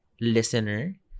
listener